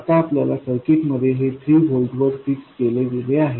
आता आपल्या सर्किटमध्ये हे 3 व्होल्टवर फीक्स केले गेले आहे